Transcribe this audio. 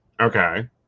Okay